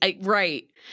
Right